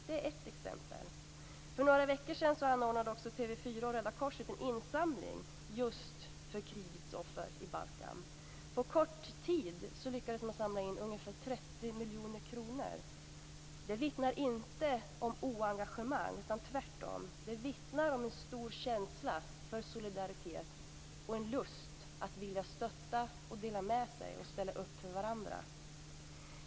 Det är ett exempel. För några veckor sedan anordnade också TV 4 och Röda korset en insamling just för krigets offer i Balkan. På kort tid lyckades man samla in ungefär 30 miljoner kronor. Det vittnar inte om oengagemang, utan tvärtom. Det vittnar om en stor känsla för solidaritet och en lust att stötta och dela med sig och ställa upp för varandra.